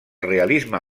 realisme